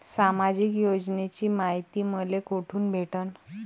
सामाजिक योजनेची मायती मले कोठून भेटनं?